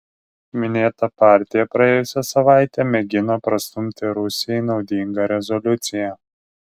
minėta partija praėjusią savaitę mėgino prastumti rusijai naudingą rezoliuciją